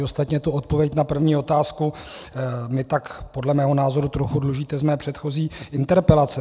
Ostatně tu odpověď na první otázku mi tak podle mého názoru trochu dlužíte z mé předchozí interpelace.